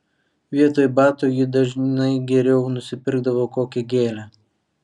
vietoj batų ji dažnai geriau nusipirkdavo kokią gėlę